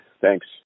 thanks